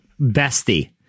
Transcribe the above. bestie